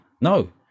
No